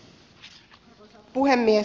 arvoisa puhemies